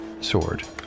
sword